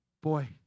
Boy